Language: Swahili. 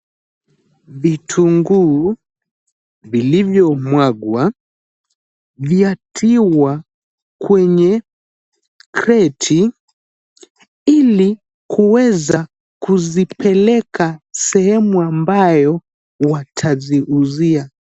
Vitunguu vilivyomwagwa, vyatiwa kwenye kreti, ili kuweza kuzipeleka sehemu ambayo wataziuzia.